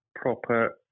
proper